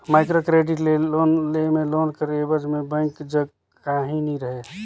micro credit ले loan लेय में लोन कर एबज में बेंक जग काहीं नी रहें